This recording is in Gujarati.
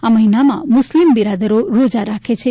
આ મહિનામાં મુસ્લિમ બિરાદરો રોજા રાખે છે